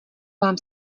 vám